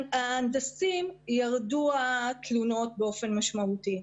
התלונות ירדו באופן משמעותי.